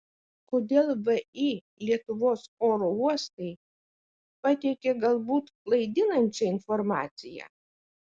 kodėl vį lietuvos oro uostai pateikė galbūt klaidinančią informaciją